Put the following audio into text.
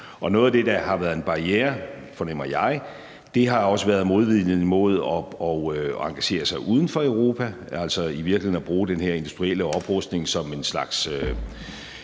Noget af det, der har været en barriere, fornemmer jeg, har også været modviljen mod at engagere sig uden for Europa, altså i virkeligheden at bruge den her industrielle oprustning som en slags